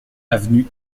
avenue